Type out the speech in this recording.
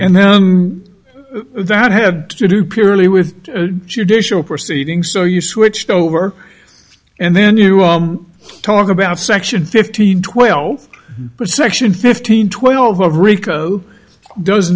then that had to do purely with judicial proceeding so you switched over and then you talk about section fifteen twelve section fifteen twelve of rico does